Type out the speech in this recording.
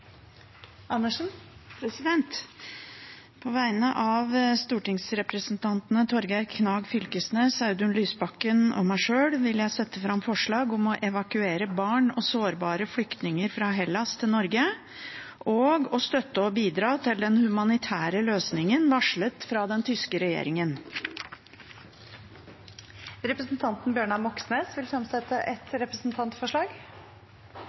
Andersen vil fremsette et representantforslag. På vegne av stortingsrepresentantene Torgeir Knag Fylkesnes, Audun Lysbakken og meg sjøl vil jeg sette fram forslag om å evakuere barn og sårbare flyktninger fra Hellas til Norge og å støtte og bidra til den humanitære løsningen varslet av den tyske regjeringen. Representanten Bjørnar Moxnes vil